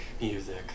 music